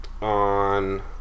on